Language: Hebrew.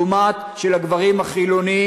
לעומת זה של הגברים החילונים,